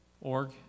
org